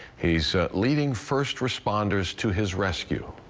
he's leading first responders to his rescue.